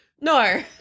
No